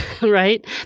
right